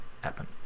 happen